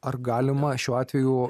ar galima šiuo atveju